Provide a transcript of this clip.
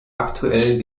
aktuellen